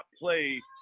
play